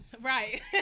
Right